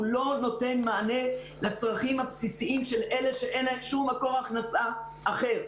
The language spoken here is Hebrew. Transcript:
לא נותן מענה לצרכים הבסיסיים של אלה שאין להם שום מקור הכנסה אחר.